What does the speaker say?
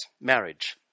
marriage